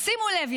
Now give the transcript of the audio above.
אז שימו לב,